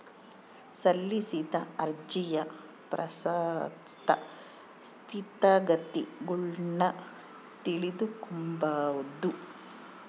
ಸಲ್ಲಿಸಿದ ಅರ್ಜಿಯ ಪ್ರಸಕ್ತ ಸ್ಥಿತಗತಿಗುಳ್ನ ತಿಳಿದುಕೊಂಬದು